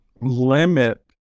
limit